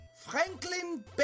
Franklin